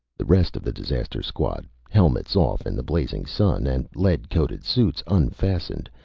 the rest of the disaster squad, helmets off in the blazing sun and lead-coated suits unfastened,